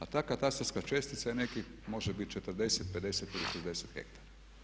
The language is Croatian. A ta katastarska čestica je nekih, može biti 40, 50 ili 60 hektara.